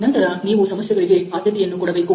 ನಂತರ ನೀವು ಸಮಸ್ಯೆಗಳಿಗೆ ಆದ್ಯತೆಯನ್ನು ಕೊಡಬೇಕು